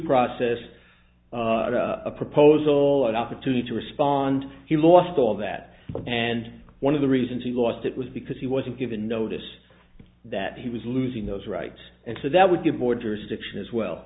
process a proposal an opportunity to respond he lost all of that and one of the reasons he lost it was because he wasn't given notice that he was losing those rights and so that would give more jurisdiction as well